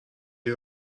est